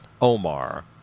Omar